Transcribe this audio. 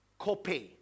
copay